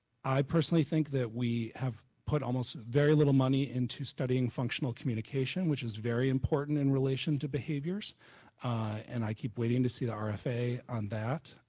i personally think that we have put almost very little money into studying functional communication had is very important in relation to behaviors and i keep waiting to see the um rfa on that.